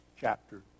chapter